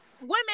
Women